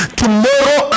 tomorrow